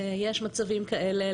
יש מצבים כאלה.